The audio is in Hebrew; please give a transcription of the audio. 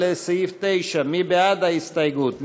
לסעיף 9. מי בעד ההסתייגות?